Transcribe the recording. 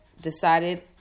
decided